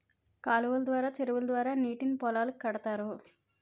కాలువలు ద్వారా చెరువుల ద్వారా నీటిని పొలాలకు కడతారు